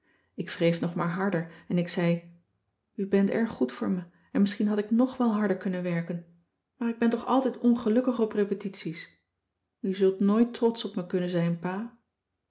ik wreef nog maar harder en ik zei u bent erg goed voor me en misschien had ik ng wel harder kunnen werken maar ik ben toch altijd ongelukkig op repetities u zult nooit trotsch op me kunnen zijn pa